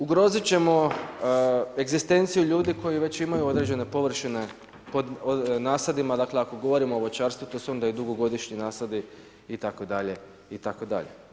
Ugroziti ćemo egzistenciju ljudi koji već imaju određene površine, pod nasadima, dakle, ako govorimo o voćarstvu, to su onda i dugogodišnji nasadi itd., itd.